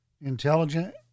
intelligent